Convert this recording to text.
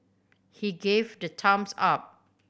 he gave the thumbs up